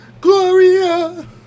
Gloria